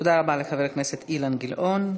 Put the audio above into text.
תודה רבה לחבר הכנסת אילן גילאון.